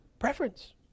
Preference